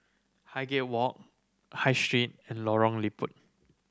Highgate Walk High Street and Lorong Liput